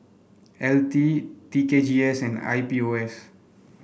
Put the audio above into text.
L T T K G S and I P O S